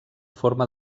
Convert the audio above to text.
forma